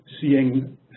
seeing